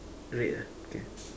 red ah okay